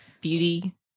beauty